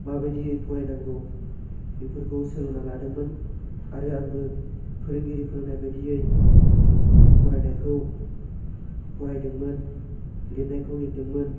माबायदियै फरायनांगौ बेफोरखौ सोलोंनानै लादोंमोन आरो आंबो फोरोंगिरि फोरोंनायबायदियै फरायनायखौ फरायदोंमोन लिरनायखौ लिरदोंमोन